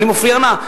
אני מפריע לה?